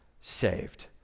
saved